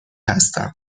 هستم